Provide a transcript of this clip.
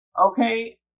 okay